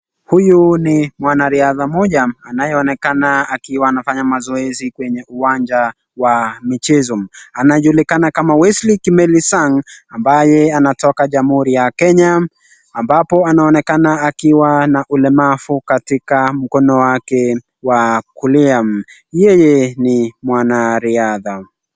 Huyu ni mwanariadha mmoja anayeonekana akiwa anafanya mazoezi kwenye uwanja wa michezo. Anajulikana kama Wesley Kimeli Sang ambaye anatoka Jamhuri ya Kenya, ambapo anaonekana akiwa na ulemavu katika mkono wake wa kulia. Yeye ni mwanariadha.